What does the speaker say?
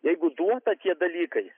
jeigu duota tie dalykai